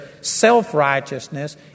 self-righteousness